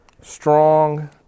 strong